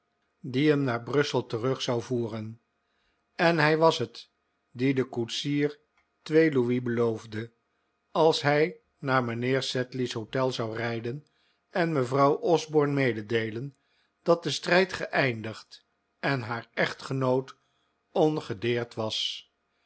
die hem naar brussel terug zou voeren en hij was het die den koetsier twee louis beloofde als hij naar mijnheer sedley's hotel zou rijden en mevrouw osborne mededeelen dat de strijd geeindigd en haar echtgenoot ongedeerd was